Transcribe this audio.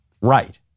right